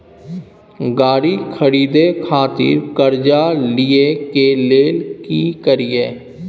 गाड़ी खरीदे खातिर कर्जा लिए के लेल की करिए?